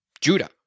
judah